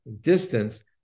distance